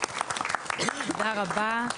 תודה רבה.